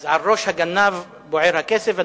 אז על ראש הגנב בוער הכסף.